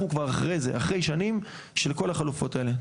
אנחנו כבר אחרי זה, אחרי שנים של כל החלופות האלה.